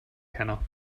keiner